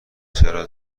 چرا